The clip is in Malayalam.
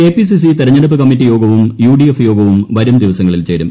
കെപിസിസി തെരഞ്ഞെടുപ്പ് കമ്മിറ്റി യോഗവും യുഡിഎഫ് യോഗവും വരുംദിവസങ്ങളിൽ ചേരും